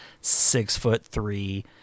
six-foot-three